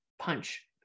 punch